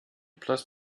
bless